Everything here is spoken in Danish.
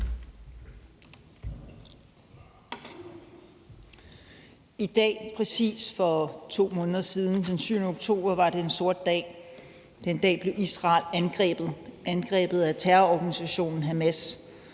I dag for præcis 2 måneder siden, den 7. oktober, var det en sort dag. Den dag blev Israel angrebet af terrororganisationen Hamas,